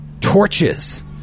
torches